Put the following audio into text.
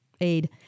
aid